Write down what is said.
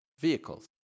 vehicles